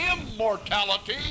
immortality